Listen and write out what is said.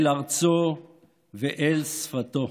אל ארצו ואל שפתו,